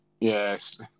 Yes